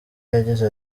yagize